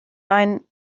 einen